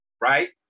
right